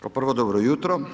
Kao prvo, dobro jutro.